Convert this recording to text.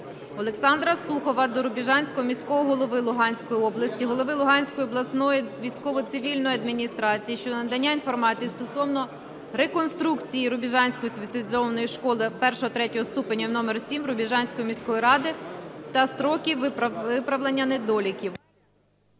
Олександра Сухова до Рубіжанського міського голови Луганської області, голови Луганської обласної військово-цивільної адміністрації щодо надання інформації стосовно реконструкції Рубіжанської спеціалізованої школи I-III ступенів № 7 Рубіжанської міської ради та строків виправлення недоліків.